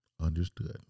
understood